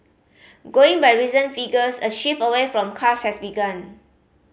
going by recent figures a shift away from cars has begun